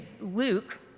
Luke